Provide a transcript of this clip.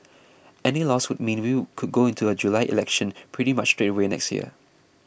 any loss would mean we could go into a July election pretty much straight away next year